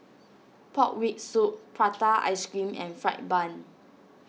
Pork Rib Soup Prata Ice Cream and Fried Bun